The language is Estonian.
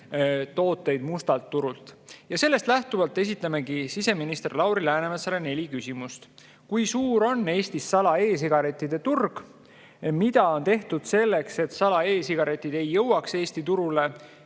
tooteid mustalt turult. Sellest lähtuvalt esitamegi siseminister Lauri Läänemetsale neli küsimust. Kui suur on Eestis sala‑e‑sigarettide turg? Mida on tehtud selleks, et sala‑e‑sigaretid ei jõuaks Eesti turule